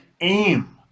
aim